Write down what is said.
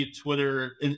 Twitter